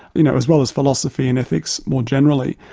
you know as well as philosophy and ethics more generally.